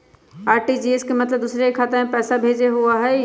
RTGS के मतलब दूसरे के खाता में पईसा भेजे होअ हई?